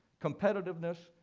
competitiveness,